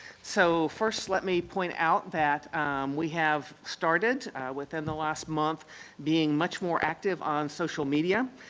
so, first let me point out that we have started within the last month being much more active on social media.